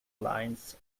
lines